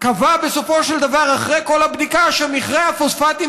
קבע בסופו של דבר אחרי כל הבדיקה שמכרה הפוספטים